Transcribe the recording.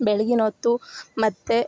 ಬೆಳಗಿನ್ ಹೊತ್ತು ಮತ್ತು